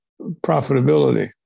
profitability